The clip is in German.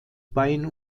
bein